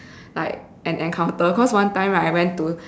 like an encounter cause one time right I went to